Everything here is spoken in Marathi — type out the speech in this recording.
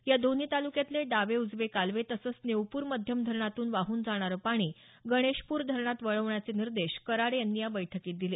या दोन्ही तालुक्यातले डावे उजवे कालवे तसंच नेवपूर मध्यम धरणातून वाहून जाणारं पाणी गणेशपूर धरण्यात वळवण्याचे निर्देश कराड यांनी या बैठकीत दिले